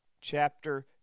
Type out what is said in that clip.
chapter